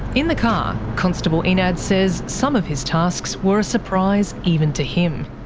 in the car, constable enad says some of his tasks were a surprise even to him.